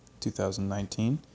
2019